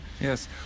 yes